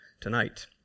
tonight